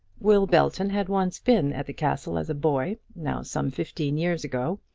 will belton had once been at the castle as a boy, now some fifteen years ago,